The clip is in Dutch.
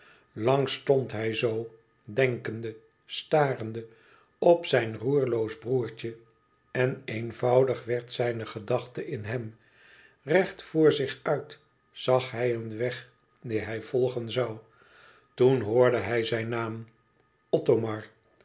lang stond hij zoo denkende starende op zijn roerloos broêrtje en eenvoudig werd zijne gedachte in hem recht voor zich uit zag hij een weg dien hij volgen zoû toen hoorde hij zijn naam